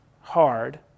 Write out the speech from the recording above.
hard